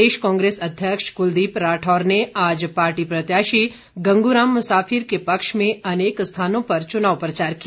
प्रदेश कांग्रेस अध्यक्ष कुलदीप राठौर ने आज पार्टी प्रत्याशी गंगूराम मुसाफिर के पक्ष में अनेक स्थानों पर चुनाव प्रचार किया